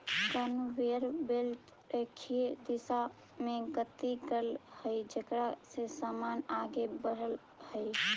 conveyor belt रेखीय दिशा में गति करऽ हई जेकरा से समान आगे बढ़ऽ हई